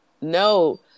No